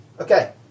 Okay